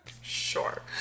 Sure